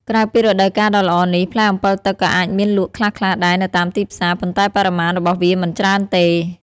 ក្រៅពីរដូវកាលដ៏ល្អនេះ ផ្លែអម្ពិលទឹកក៏អាចមានលក់ខ្លះៗដែរនៅតាមទីផ្សារ ប៉ុន្តែបរិមាណរបស់វាមិនច្រើនទេ។